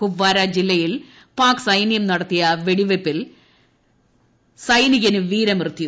കുപ്വാര ജീല്ലയിൽ പാക്സൈനൃം നടത്തിയ വെടിവെയ്പ്പിൽ സ്സെന്റികന് വീരമൃത്യു